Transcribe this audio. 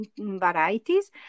varieties